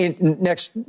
next